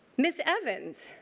ms. evans,